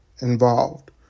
involved